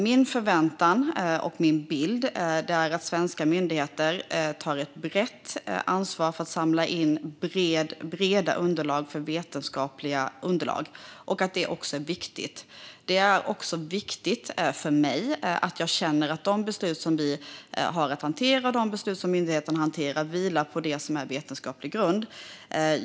Min förväntan och bild är att svenska myndigheter tar ett brett ansvar för att samla in breda vetenskapliga underlag och att detta är viktigt. Det är också viktigt för mig att de beslut som vi och myndigheterna har att hantera vilar på vetenskaplig grund.